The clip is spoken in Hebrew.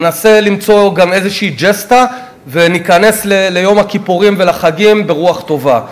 ננסה למצוא גם איזושהי ג'סטה וניכנס ליום הכיפורים ולחגים ברוח טובה.